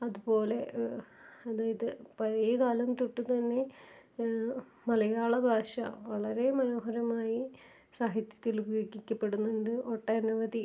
അതുപോലെ അതായത് പഴയകാലം തൊട്ടുതന്നെ മലയാള ഭാഷ വളരെ മനോഹരമായി സാഹിത്യത്തിൽ ഉപയോഗിക്കപ്പെടുന്നുണ്ട് ഒട്ടനവധി